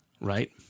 right